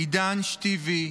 עידן שתיוי,